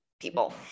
people